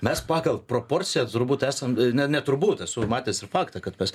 mes pagal proporciją turbūt esam ne ne turbūt esu matęs ir faktą kad pas